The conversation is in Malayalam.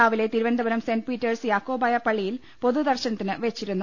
രാവിലെ തിരുവ നന്തപുരം സെന്റ് പീറ്റേഴ്സ് യാക്കോബായ പള്ളിയിൽ പൊതുദർശനത്തിന് വെച്ചിരുന്നു